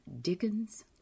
Dickens